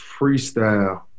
freestyle